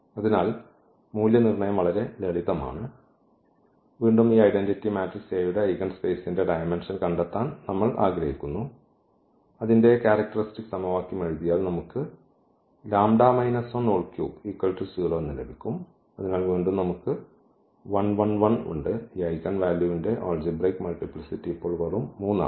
അതിനാൽ മൂല്യനിർണ്ണയം വളരെ ലളിതമാണ് അതിനാൽ വീണ്ടും ഈ ഐഡന്റിറ്റി മാട്രിക്സ് എയുടെ ഐഗൻസ്പേസിന്റെ ഡയമെന്ഷൻ കണ്ടെത്താൻ നമ്മൾ ആഗ്രഹിക്കുന്നു അതിന്റെ ക്യാരക്ടറിസ്റ്റിക് സമവാക്യം എഴുതിയാൽ നമുക്ക് ഈ ലഭിക്കും അതിനാൽ വീണ്ടും നമുക്ക് ഈ 1 1 1 ഉണ്ട് ഈ ഐഗൻവാല്യൂവിന്റെ ആൾജിബ്രയ്ക് മൾട്ടിപ്ലിസിറ്റി ഇപ്പോൾ വെറും 3 ആണ്